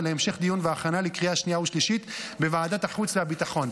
להמשך דיון והכנה לקריאה שנייה ושלישית בוועדת החוץ והביטחון.